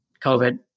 COVID